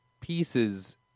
pieces